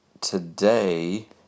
today